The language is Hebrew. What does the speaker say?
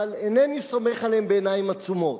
אבל אינני סומך עליהם בעיניים עצומות.